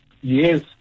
yes